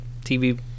TV